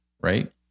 Right